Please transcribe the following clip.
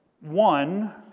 one